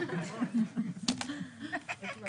כן?